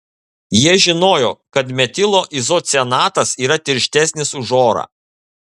jie žinojo kad metilo izocianatas yra tirštesnis už orą